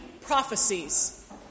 prophecies